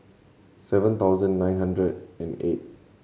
seven thousand nine hundred and eight